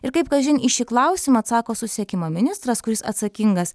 ir kaip kažin į šį klausimą atsako susisiekimo ministras kuris atsakingas